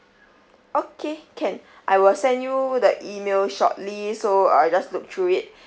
okay can I will send you the email shortly so uh you just look through it